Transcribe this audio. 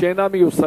שאינם מיושמים.